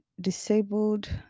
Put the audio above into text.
disabled